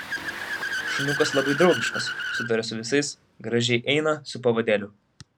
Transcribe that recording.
šuniukas labai draugiškas sutaria su visais gražiai eina su pavadėliu